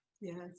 yes